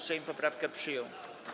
Sejm poprawkę przyjął.